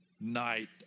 night